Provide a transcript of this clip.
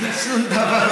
אין לי שום דבר.